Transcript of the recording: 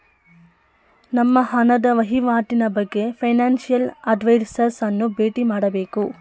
ನಮ್ಮ ಹಣದ ವಹಿವಾಟಿನ ಬಗ್ಗೆ ಫೈನಾನ್ಸಿಯಲ್ ಅಡ್ವೈಸರ್ಸ್ ಅನ್ನು ಬೇಟಿ ಮಾಡಬೇಕು